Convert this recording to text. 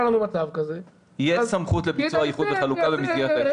מצב כזה -- תהיה סמכות לביצוע איחוד וחלוקה במסגרת ההסדר.